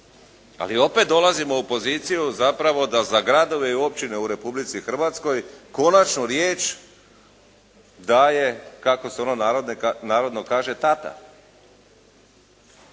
ali opet dolazimo u poziciju, zapravo da za gradove i općine u Republici Hrvatskoj, konačnu riječ daje kako se ono u narodno kaže, tata.